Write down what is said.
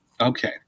Okay